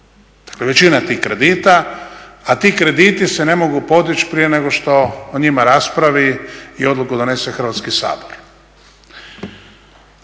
dakle većina tih kredita, a ti se krediti se ne mogu podići prije nego što o njima raspravi i odluku donese Hrvatski sabor.